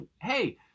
Hey